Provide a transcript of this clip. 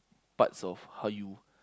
parts of how you